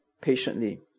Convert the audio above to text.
patiently